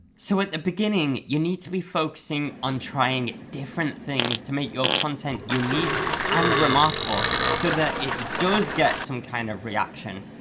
so at the beginning, you need to be focusing on trying different things to make your content unique and remarkable so that it does get some kind of reaction.